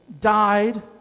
died